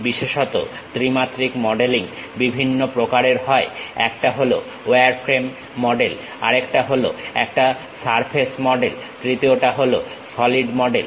বিশেষত ত্রিমাত্রিক মডেলিং বিভিন্ন প্রকারের হয় একটা হলো ওয়ারফ্রেম মডেল আরেকটা হলো একটা সারফেস মডেল তৃতীয়টা হলো সলিড মডেল